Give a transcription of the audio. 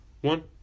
One